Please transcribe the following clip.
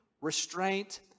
restraint